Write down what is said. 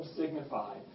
signified